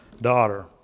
daughter